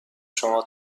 شما